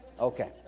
Okay